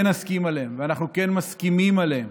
נסכים עליהם ואנחנו כן מסכימים עליהם,